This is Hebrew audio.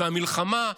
והמלחמה.